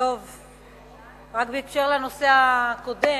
רק בקשר לנושא הקודם,